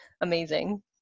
amazing